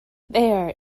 there